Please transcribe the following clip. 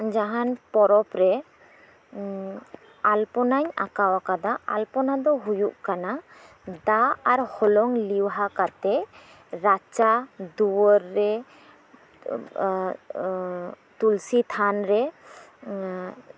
ᱡᱟᱦᱟᱱ ᱯᱚᱨᱚᱵᱽ ᱨᱮ ᱟᱞᱯᱚᱱᱟ ᱟᱠᱟᱣ ᱟᱠᱟᱫᱟ ᱟᱞᱯᱚᱱᱟ ᱫᱚ ᱦᱩᱭᱩᱜ ᱠᱟᱱᱟ ᱫᱟᱜ ᱟᱨ ᱦᱚᱞᱚᱝ ᱞᱮᱣᱦᱟ ᱠᱟᱛᱮᱫ ᱨᱟᱪᱟ ᱫᱩᱣᱟᱹᱨ ᱨᱮ ᱛᱩᱞᱥᱤ ᱛᱷᱟᱱ ᱨᱮ